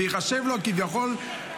וייחשב לו כביכול,